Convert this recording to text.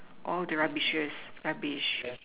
all the rubbishes rubbish